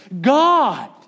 God